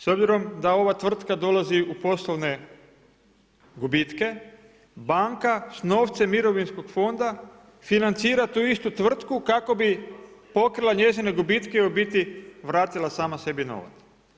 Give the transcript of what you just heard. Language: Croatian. S obzirom da ova tvrtka dolazi u poslovne gubitke, banka s novcem mirovinskog fonda financira tu istu tvrtku kako bi pokrila njezine gubitke i u biti vratila sama sebi novac.